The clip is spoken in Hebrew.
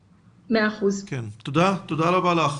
תודה רבה לך.